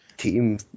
team